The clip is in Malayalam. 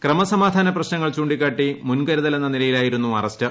ക്രമസമാധാന പ്രശ്നങ്ങൾ ചൂണ്ടിക്കാട്ടി മുൻകരുതലെന്ന നിലയിലായി രുന്നു അറസ്റ്റ്